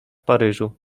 paryżu